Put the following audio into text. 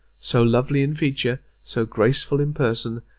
so lovely in feature, so graceful in person,